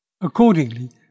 Accordingly